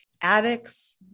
addicts